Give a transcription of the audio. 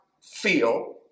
feel